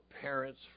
parents